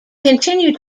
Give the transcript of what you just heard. continue